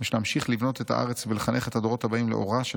יש להמשיך לבנות את הארץ ולחנך את הדורות הבאים לאורה של